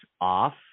off